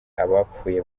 abapfuye